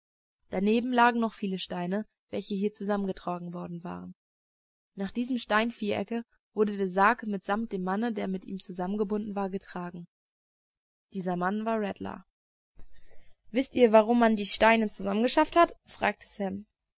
daneben lagen noch viele steine welche hier zusammengetragen worden waren nach diesem steinvierecke wurde der sarg mitsamt dem manne der mit ihm zusammengebunden war getragen dieser mann war rattler wißt ihr warum man dort die steine zusammengeschafft hat fragte sam